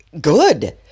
good